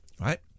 right